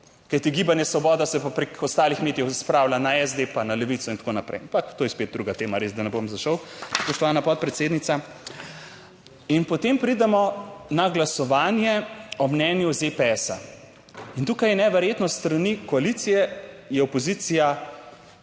kajti Gibanje Svoboda se pa preko ostalih medijev spravlja na SD pa na Levico in tako naprej. Ampak to je spet druga tema, res, da ne bom zašel, spoštovana podpredsednica. In potem preidemo na glasovanje o mnenju ZPS. In tukaj je neverjetno, s strani koalicije je opozicija